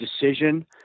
decision